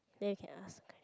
then you can ask